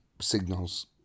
signals